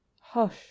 Hush